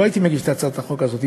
לא הייתי מגיש את הצעת החוק הזאת.